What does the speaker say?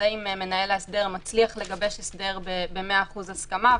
וזה אם מנהל ההסדר מצליח לגבש הסדר ב-100% הסכמה,